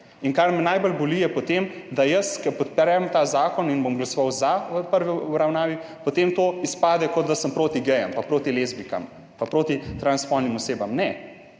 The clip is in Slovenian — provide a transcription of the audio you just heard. Kar me najbolj boli, je potem to, da jaz, ko podprem ta zakon in bom glasoval za v prvi obravnavi, potem to izpade, kot da sem proti gejem, proti lezbijkam in proti transspolnim osebam. Ne.